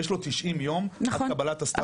יש לו 90 יום עד קבלת הסטטוס.